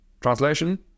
translation